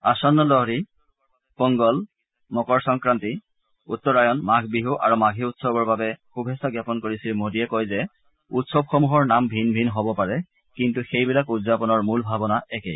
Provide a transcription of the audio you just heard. আসন্ন লহৰী পোংগল মকৰ সংক্ৰান্তি উত্তৰায়ণ মাঘ বিহু আৰু মাঘী উৎসৱৰ বাবে শুভেচ্ছা জ্ঞাপন কৰি শ্ৰীমোদীয়ে কয় যে উৎসৱসমূহৰ নাম ভিন ভিন হ'ব পাৰে কিন্তু সেইবিলাক উদযাপনৰ মূল ভাৱনা একেই